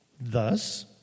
thus